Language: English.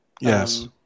Yes